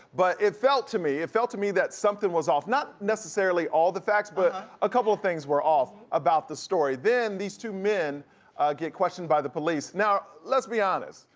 but it felt to me, it felt to me that something was off. not necessarily all the facts but a couple a things were off about the story, then these two men get questioned by the police. now let's be honest,